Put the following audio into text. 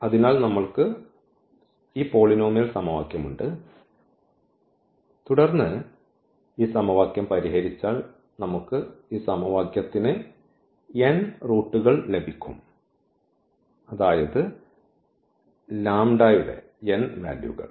അതിനാൽ നമ്മൾക്ക് ഈ പോളിനോമിയൽ സമവാക്യം ഉണ്ട് തുടർന്ന് ഈ സമവാക്യം പരിഹരിച്ചാൽ നമുക്ക് ഈ സമവാക്യത്തിന് n റൂട്ടുകൾ ലഭിക്കും അതായത് λ ന്റെ n വാല്യൂകൾ